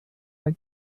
are